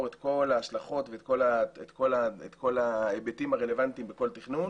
את כל ההשלכות ואת כל ההיבטים הרלוונטיים בכל תכנון